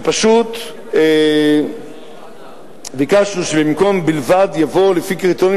פשוט ביקשנו שבמקום "בלבד" יבוא "לפי קריטריונים